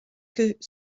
que